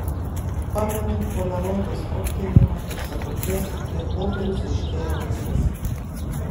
pamenu poliaroido spragtelėjimą ir sekundes kai ant popieriaus ryškėja vaizdas